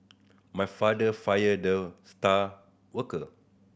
my father fired the star worker